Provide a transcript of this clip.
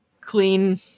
Clean